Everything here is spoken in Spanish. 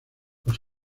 los